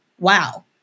wow